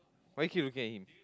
why you keep looking at him